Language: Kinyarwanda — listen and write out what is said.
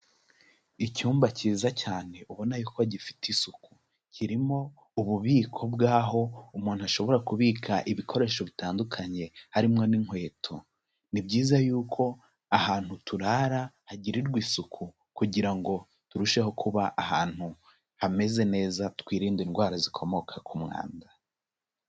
Icyumba cyiza cyane ubona y'uko gifite isuku, kirimo ububiko bw'aho umuntu ashobora kubika ibikoresho bitandukanye harimo n'inkweto, ni byiza y'uko ahantu turara hagirirwa isuku kugira ngo turusheho kuba ahantu hameze neza twirinde indwara zikomoka ku mwanda.